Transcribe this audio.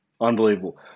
Unbelievable